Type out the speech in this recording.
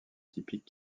typique